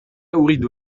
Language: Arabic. أريد